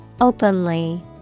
Openly